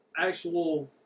actual